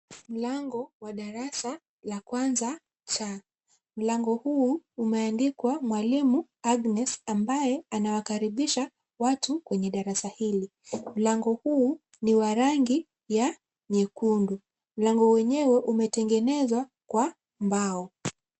Mlango wa darasa la kwanza chaa. Mlango huu umeandikwa mwalimu Agnes ambaye anawakaribisha watu kwenye darasa hili. Mlango huu ni wa rangi ya nyekundu. Mlango wenyewe umetengenezwa kwa mbao.